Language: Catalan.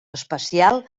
especial